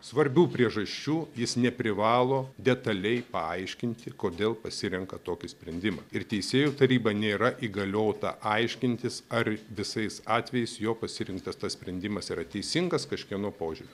svarbių priežasčių jis neprivalo detaliai paaiškinti kodėl pasirenka tokį sprendimą ir teisėjų taryba nėra įgaliota aiškintis ar visais atvejais jo pasirinktas tas sprendimas yra teisingas kažkieno požiūriu